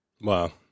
Wow